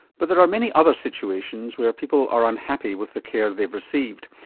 but there are many other situations where people are unhappy with the care they've received.